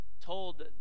told